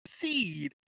seed